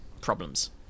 problems